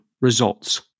results